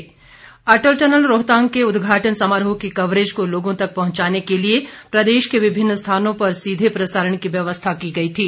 सीधा प्रसारण अटल टनल रोहतांग के उदघाटन समारोह की कवरेज को लोगों तक पहुंचाने के लिए प्रदेश के विभिन्न स्थानों पर सीधे प्रसारण की व्यवस्था की गई थी